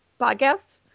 podcasts